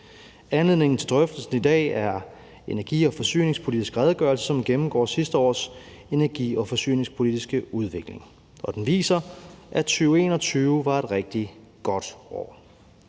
Anledningen til drøftelsen i dag er energi- og forsyningspolitisk redegørelse, som gennemgår sidste års energi- og forsyningspolitiske udvikling. Og den viser, at 2021 var et rigtig godt år.